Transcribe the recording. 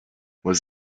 was